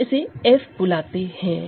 हम इसे f बुलाते हैं